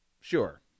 Sure